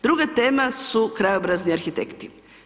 Druga tema su krajobrazni arhitekti.